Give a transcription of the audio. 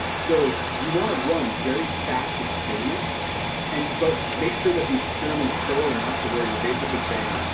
so you wanna run very fast experiments and but make sure that the experiment is thorough enough to where you're basically saying,